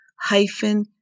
hyphen